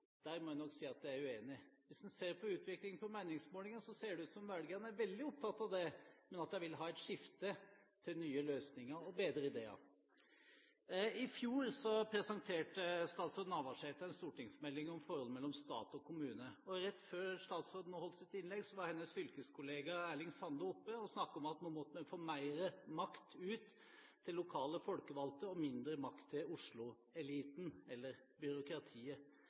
Der må jeg si jeg er uenig. Hvis en ser på utviklingen på meningsmålingene, ser det ut som om velgerne er veldig opptatt av det, men at de vil ha et skifte til nye løsninger og til bedre ideer. I fjor presenterte statsråd Navarsete en stortingsmelding om forholdet mellom stat og kommune. Rett før statsråden holdt sitt innlegg, var hennes fylkeskollega Erling Sande her oppe og snakket om at nå måtte vi få mer makt ut til lokale folkevalgte og mindre makt til Oslo-eliten, eller byråkratiet.